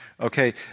Okay